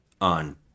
on